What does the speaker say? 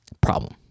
problem